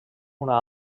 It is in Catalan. una